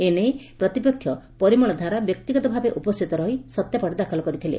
ଏ ନେଇ ପ୍ରତିପକ୍ଷ ପରିମଳ ଧାରା ବ୍ୟକ୍ତିଗତ ଭାବେ ଉପସ୍ରିତ ରହି ସତ୍ୟପାଠ ଦାଖଲ କରିଥିଲେ